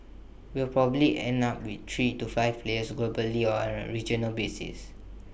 we will probably end up with three to five players globally or on A regional basis